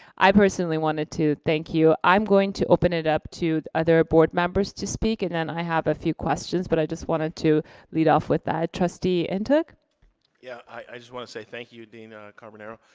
i personally wanted to thank you. i'm going to open it up to other board members to speak and then i have a few questions. but i just wanted to lead off with that, trustee and ntuk? yeah i just want to say thank you dean carbonaro.